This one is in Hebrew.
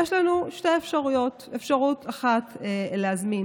יש לנו שתי אפשרויות: אפשרות אחת להזמין